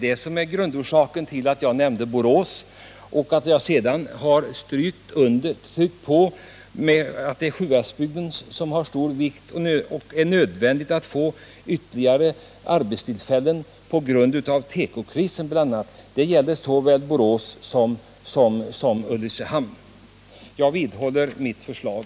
Detta är grundorsaken till att jag nämnde Borås i detta sammanhang. Jag har därutöver understrukit hur viktigt det är att beakta Sjuhäradsbygdens behov av arbetstillfällen bl.a. på grund av tekokrisen, och det gäller för såväl Borås som Ulricehamn. Herr talman! Jag vidhåller mitt förslag.